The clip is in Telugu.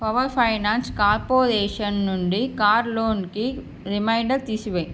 పవర్ ఫైనాన్స్ కార్పొరేషన్ నుండి కారు లోన్కి రిమైండర్ తీసి వేయి